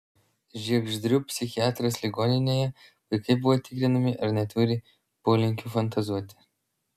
žiegždrių psichiatrijos ligoninėje vaikai buvo tikrinami ar neturi polinkių fantazuoti